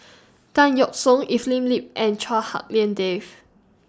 Tan Yeok Seong Evelyn Lip and Chua Hak Lien Dave